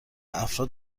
افراد